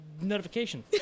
notification